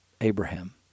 abraham